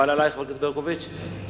חברת הכנסת ברקוביץ, זה מקובל עלייך?